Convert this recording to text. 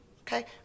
okay